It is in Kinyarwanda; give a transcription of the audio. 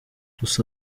gusa